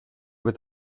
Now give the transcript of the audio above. with